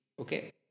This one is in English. Okay